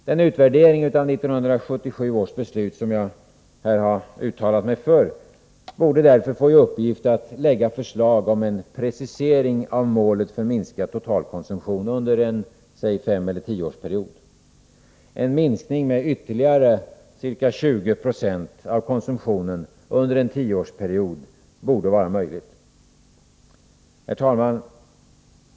Den utvärdering av 1977 års beslut som jag har uttalat mig för här bör också inkludera uppgiften att lägga fram förslag om en precisering av målet för minskad totalkonsumtion under t.ex. en femeller tioårsperiod. En minskning med ytterligare 20 26 av konsumtionen under en tioårsperiod borde vara möjlig. Herr talman!